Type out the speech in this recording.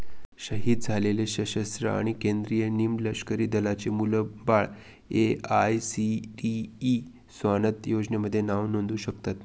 शहीद झालेले सशस्त्र आणि केंद्रीय निमलष्करी दलांचे मुलं बाळं ए.आय.सी.टी.ई स्वानथ योजनेमध्ये नाव नोंदवू शकतात